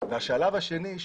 והשלב השני,